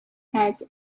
has